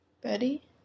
Betty